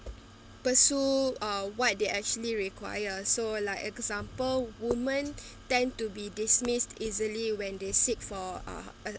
pursue uh what they're actually require so like example women tend to be dismissed easily when they seek for uh